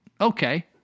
Okay